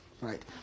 right